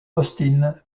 austin